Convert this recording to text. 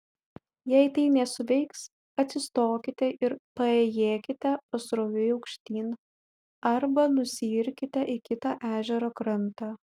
jei tai nesuveiks atsistokite ir paėjėkite pasroviui aukštyn arba nusiirkite į kitą ežero krantą